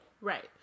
right